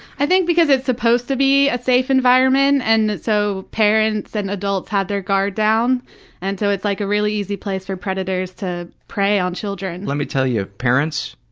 i think because it's supposed to be a safe environment and so parents and adults have their guard down and so its like a really easy place for predators to prey on children. let me tell you, parents,